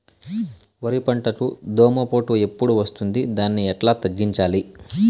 వరి పంటకు దోమపోటు ఎప్పుడు వస్తుంది దాన్ని ఎట్లా తగ్గించాలి?